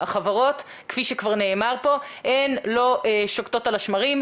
החברות, כפי שכבר נאמר פה, לא שוקטות על השמרים.